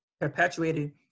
perpetuated